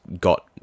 got